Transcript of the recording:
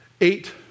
eight